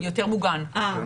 יותר מוגן.